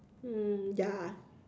mm ya